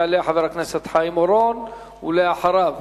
יעלה חבר הכנסת חיים אורון, אחריו,